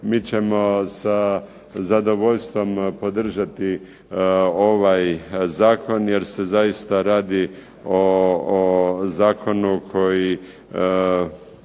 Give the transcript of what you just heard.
mi ćemo sa zadovoljstvom podržati ovaj zakon jer se zaista radi o zakonu koji